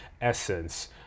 essence